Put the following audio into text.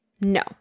No